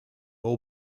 all